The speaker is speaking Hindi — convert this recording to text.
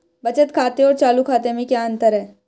बचत खाते और चालू खाते में क्या अंतर है?